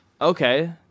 okay